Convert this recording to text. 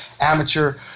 amateur